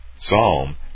Psalm